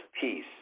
peace